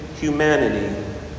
humanity